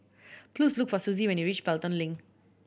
please look for Suzie when you reach Pelton Link